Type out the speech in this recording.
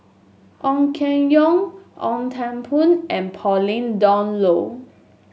Ong Keng Yong Ong Teng and Pauline Dawn Loh